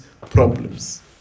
problems